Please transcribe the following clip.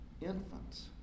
infants